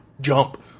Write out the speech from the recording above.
jump